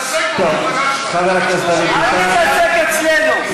חיליק, תתעסק, אל תתעסק אצלנו.